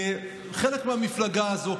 כחלק מהמפלגה הזו,